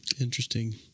interesting